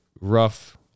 rough